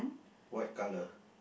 white colour